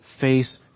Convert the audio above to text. face